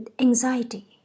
anxiety